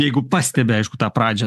jeigu pastebi aišku tą pradžią